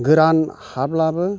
गोरान हा ब्लाबो